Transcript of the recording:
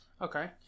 Okay